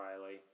Riley